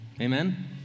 Amen